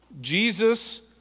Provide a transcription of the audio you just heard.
Jesus